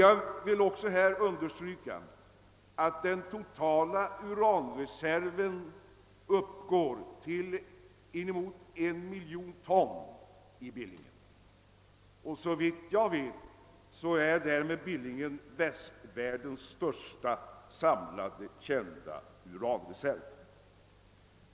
Jag vill också understryka att den totala uranreserven i Billingen uppgår till inemot 1 miljon ton och såvitt jag vet därmed är västvärldens största samlade kända uranreserv.